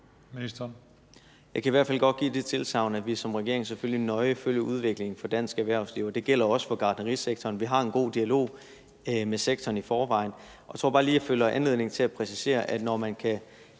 Jeg kan i hvert fald godt give det tilsagn, at vi som regering selvfølgelig nøje følger udviklingen for dansk erhvervsliv, og det gælder også for gartnerisektoren. Vi har en god dialog med sektoren i forvejen. Jeg tror bare lige, jeg føler anledning til at præcisere, at når man kan